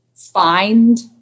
find